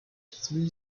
three